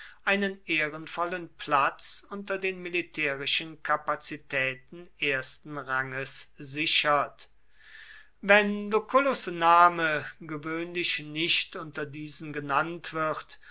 einen ehrenvollen platz unter den militärischen kapazitäten ersten ranges sichert wenn lucullus name gewöhnlich nicht unter diesen genannt wird